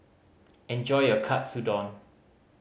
enjoy your Katsudon